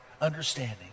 understanding